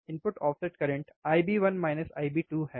input offset current IB1 IB2 है